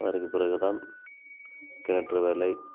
அதற்கு பிறகுதான் கிணற்று வேலை